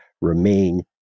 remain